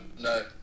No